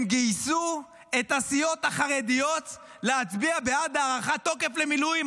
הם גייסו את הסיעות החרדיות להצביע בעד הארכת תוקף למילואים.